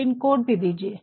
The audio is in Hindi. पिन कोड भी दीजिये